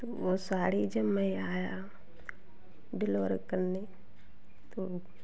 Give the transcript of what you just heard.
तो वह साड़ी जब में आया डिलवर करने तो